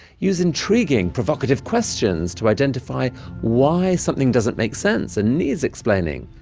use intriguing, provocative questions to identify why something doesn't make sense and needs explaining.